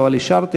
אבל אישרתי,